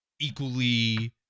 equally